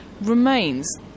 remains